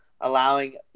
allowing